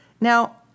Now